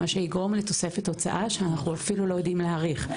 מה שיגרום לתוספת הוצאה שאנחנו אפילו לא יודעים להעריך אותה.